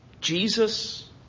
Jesus